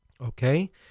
Okay